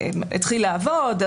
התחיל לעבוד,